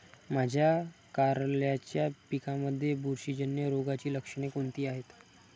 माझ्या कारल्याच्या पिकामध्ये बुरशीजन्य रोगाची लक्षणे कोणती आहेत?